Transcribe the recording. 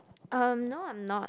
um no I'm not